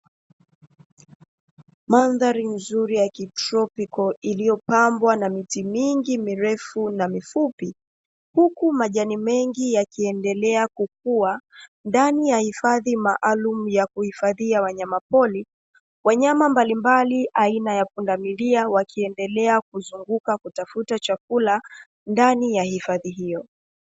Mandhari nzuri ya kitropiko iliyo pambwa na miti mingi mirefu na mifupi huku majani mengi yakiendelea kukua ndani ya hifadhi maalumu ya kuhifadhia wanyama pori, wanyama mbalimbali aina ya pundamilia wakiendelea kuzunguuka kutafuta chakula ndani ya hifadhi hiyo.